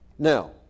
Now